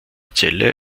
zelle